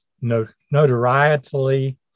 notoriously